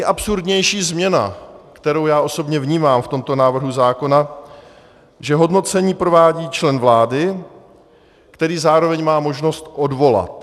Nejabsurdnější změna, kterou já osobně vnímám v tomto návrhu zákona, že hodnocení provádí člen vlády, který zároveň má možnost odvolat.